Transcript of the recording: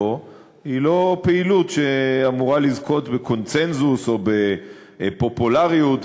היא לא פעילות שאמורה לזכות בקונסנזוס או בפופולריות.